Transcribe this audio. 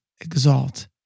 exalt